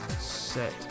set